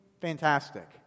Fantastic